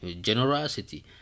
generosity